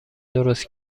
درست